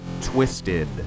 Twisted